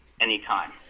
anytime